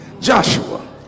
joshua